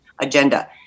agenda